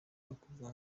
bakavuga